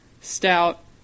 stout